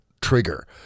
trigger